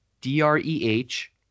D-R-E-H